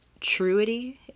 truity